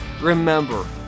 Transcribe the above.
Remember